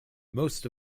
most